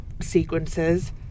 sequences